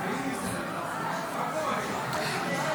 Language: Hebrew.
בבקשה.